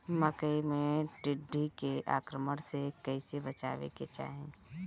मकई मे टिड्डी के आक्रमण से कइसे बचावे के चाही?